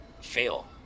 fail